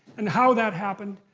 and how that happened,